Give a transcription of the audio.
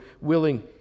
willing